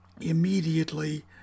immediately